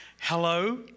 hello